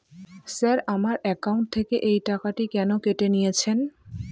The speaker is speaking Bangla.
স্যার আমার একাউন্ট থেকে এই টাকাটি কেন কেটে নিয়েছেন?